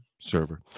server